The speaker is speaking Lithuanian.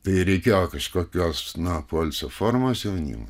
tai reikėjo kažkokios na poilsio formos jaunimui